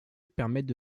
permettent